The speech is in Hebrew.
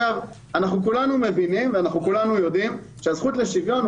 כולנו יודעים שהזכות לשוויון,